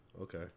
Okay